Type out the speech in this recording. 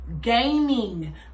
Gaming